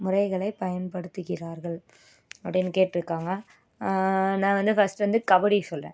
முறைகளை பயன்படுத்துகிறார்கள் அப்படின்னு கேட்டுருக்காங்க நான் வந்து ஃபஸ்ட் வந்து கபடி சொல்கிறேன்